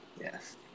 Yes